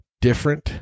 different